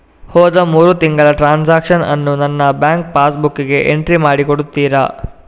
ಹೋದ ಮೂರು ತಿಂಗಳ ಟ್ರಾನ್ಸಾಕ್ಷನನ್ನು ನನ್ನ ಬ್ಯಾಂಕ್ ಪಾಸ್ ಬುಕ್ಕಿಗೆ ಎಂಟ್ರಿ ಮಾಡಿ ಕೊಡುತ್ತೀರಾ?